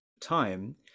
time